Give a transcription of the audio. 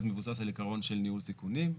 מבוסס על עיקרון של ניהול סיכונים.